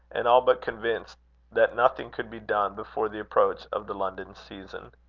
and all but convinced that nothing could be done before the approach of the london season.